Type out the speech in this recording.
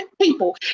people